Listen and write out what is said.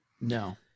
No